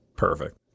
perfect